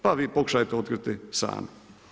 Pa vi pokušajte otkriti sami.